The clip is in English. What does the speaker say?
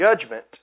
judgment